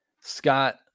Scott